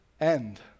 end